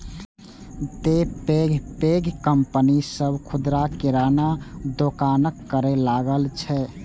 तें पैघ पैघ कंपनी सभ खुदरा किराना दोकानक करै लागल छै